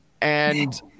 and-